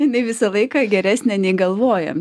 jinai visą laiką geresnė nei galvojam